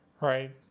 Right